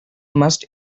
must